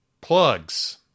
Plugs